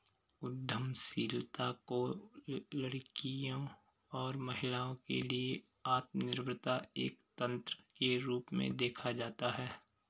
उद्यमशीलता को लड़कियों और महिलाओं के लिए आत्मनिर्भरता एक तंत्र के रूप में देखा जाता है